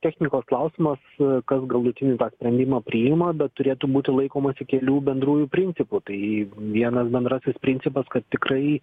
technikos klausimas kas galutinį tą sprendimą priima bet turėtų būti laikomasi kelių bendrųjų principų tai vienas bendrasis principas kad tikrai